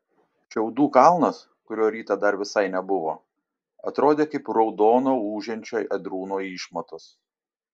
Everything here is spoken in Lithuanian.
šiaudų kalnas kurio rytą dar visai nebuvo atrodė kaip raudono ūžiančio ėdrūno išmatos